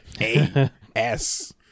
A-S-